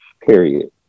Period